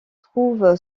trouve